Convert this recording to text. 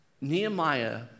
Nehemiah